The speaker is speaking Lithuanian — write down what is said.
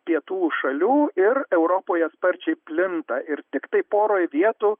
pietų šalių ir europoje sparčiai plinta ir tiktai poroj vietų